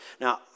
Now